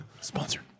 Sponsored